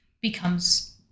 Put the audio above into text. becomes